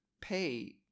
pay